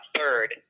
third